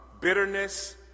bitterness